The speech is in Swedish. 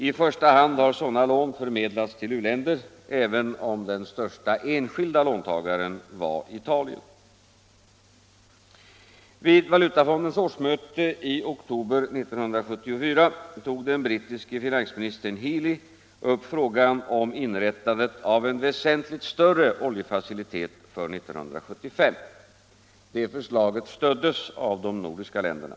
I första hand har sådana lån förmedlats till u-länder, även om den största enskilda låntagaren var Italien. Vid valutafondens årsmöte i oktober 1974 tog den brittiske finansministern Healey upp frågan om inrättandet av en väsentligt större oljefacilitet för 1975. Detta förslag stöddes av de nordiska länderna.